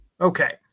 Okay